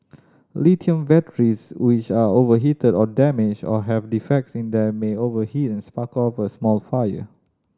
lithium batteries which are overheated or damaged or have defects in them may overheat and spark off a small fire